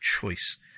choice